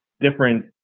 different